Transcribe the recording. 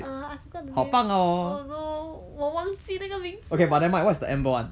uh I forgot the name oh no 我忘记那个名字